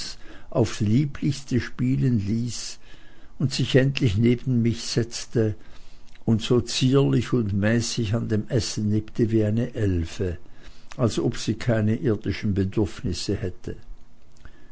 aufs lieblichste spielen ließ und sich endlich neben mich setzte und so zierlich und mäßig an dem essen nippte wie eine elfe und als ob sie keine irdischen bedürfnisse hätte